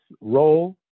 role